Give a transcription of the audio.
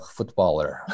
Footballer